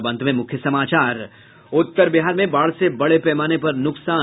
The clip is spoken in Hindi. और अब अंत में मुख्य समाचार उत्तर बिहार में बाढ़ से बड़े पैमाने पर नुकसान